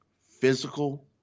physical